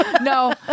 No